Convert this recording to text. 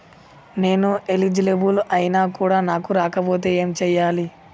నేను ఎలిజిబుల్ ఐనా కూడా నాకు రాకపోతే ఏం చేయాలి?